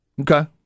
Okay